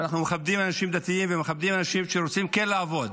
ואנחנו מכבדים אנשים דתיים ומכבדים אנשים שרוצים לעבוד,